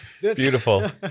Beautiful